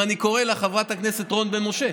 אם אני קורא לה חברת הכנסת רון בן משה.